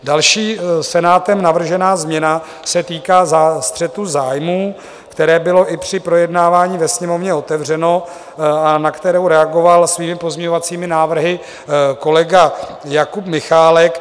Další Senátem navržená změna se týká střetu zájmů, které bylo i při projednávání ve Sněmovně otevřeno a na kterou reagoval i pozměňovacími návrhy kolega Jakub Michálek.